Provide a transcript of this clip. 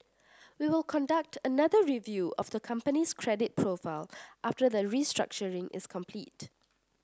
we will conduct another review of the company's credit profile after the restructuring is complete